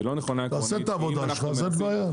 תעשה את העבודה שלך אז אין בעיה.